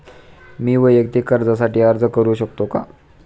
मी वैयक्तिक कर्जासाठी अर्ज करू शकतो का?